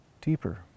deeper